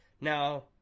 Now